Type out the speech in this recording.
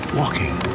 walking